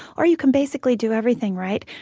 or you can basically do everything right,